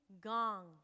gong